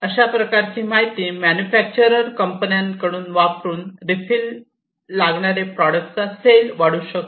असे प्रकार ची माहिती मॅन्युफॅक्चरर कंपन्यांकडून वापरून रिफिल लागणारे प्रॉडक्ट चा सेल वाढू शकतो